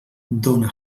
dóna